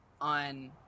on